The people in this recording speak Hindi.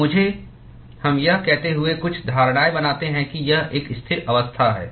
तो मुझे हम यह कहते हुए कुछ धारणाएँ बनाते हैं कि यह एक स्थिर अवस्था है